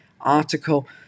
article